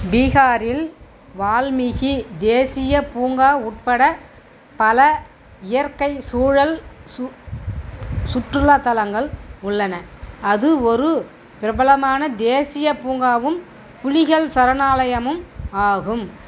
பீகாரில் வால்மீகி தேசிய பூங்கா உட்பட பல இயற்கைச் சூழல் சு சுற்றுலாத் தலங்கள் உள்ளன அது ஒரு பிரபலமான தேசிய பூங்காவும் புலிகள் சரணாலயமும் ஆகும்